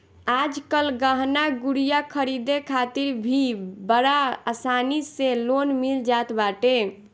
आजकल गहना गुरिया खरीदे खातिर भी बड़ा आसानी से लोन मिल जात बाटे